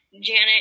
Janet